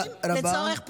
כספים לצורך פוליטיקה.